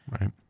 Right